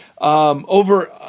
over